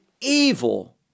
evil